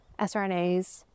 SRNAs